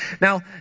Now